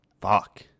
fuck